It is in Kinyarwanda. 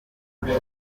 kugeza